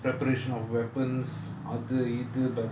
preparation of weapons அது இது:athu ithu but